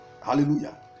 hallelujah